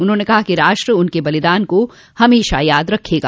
उन्होंने कहा कि राष्ट्र उनके बलिदान को हमेशा याद रखेगा